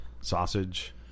sausage